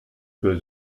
für